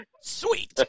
Sweet